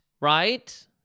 right